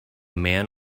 man